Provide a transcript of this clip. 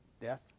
death